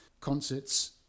concerts